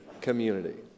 community